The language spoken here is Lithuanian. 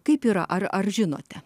kaip yra ar ar žinote